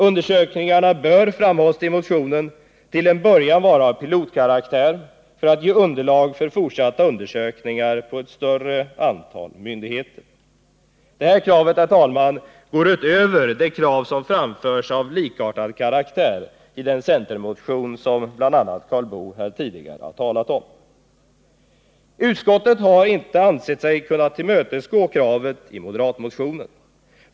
Undersökningarna bör, framhålls det i motionen, till en början vara av pilotkaraktär för att ge underlag för fortsatta undersökningar på ett större antal myndigheter. Detta krav går utöver det krav av likartad karaktär som framförs i den centermotion som Karl Boo här tidigare har talat om. Utskottet har inte ansett sig kunna tillmötesgå kravet i moderatmotionen.